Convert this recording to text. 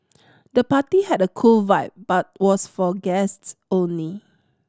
the party had a cool vibe but was for guests only